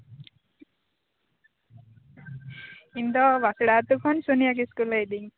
ᱤᱧ ᱫᱚ ᱵᱟᱸᱠᱩᱲᱟ ᱟᱹᱛᱩ ᱠᱷᱚᱱ ᱥᱩᱱᱤᱭᱟ ᱠᱤᱥᱠᱩ ᱞᱟᱹᱭ ᱤᱫᱟᱹᱧ